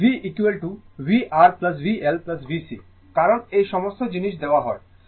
সুতরাং V vR VL VC কারণ এই সমস্ত জিনিস দেওয়া হয়